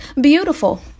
Beautiful